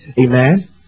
Amen